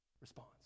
response